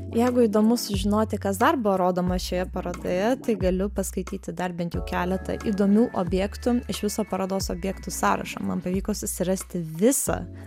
jeigu įdomu sužinoti kas dar buvo rodoma šioje parodoje tai galiu paskaityti dar bent jau keletą įdomių objektų iš viso parodos objektų sąrašą man pavyko susirasti visą